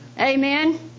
Amen